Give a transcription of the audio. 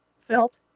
felt